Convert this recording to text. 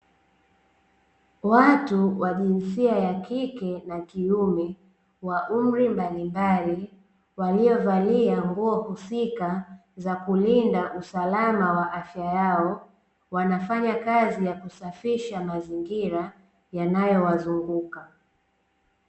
Watu wa jinsia ya kike na kiume, wa umri mbalimbali, waliovalia nguo husika za kulinda usalama wa afya yao, wanafanya kazi ya kusafisha mazingira yanayowazunguka.